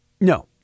No